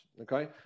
Okay